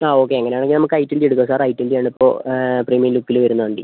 ആ ഓക്കെ അങ്ങനെയാണെങ്കിൽ നമുക്ക് ഐ ട്വന്റി എടുക്കാം സാർ ഐ ട്വന്റി ആണിപ്പോൾ പ്രീമിയം ലുക്കിൽ വരുന്ന വണ്ടി